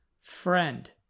friend